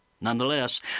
Nonetheless